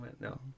No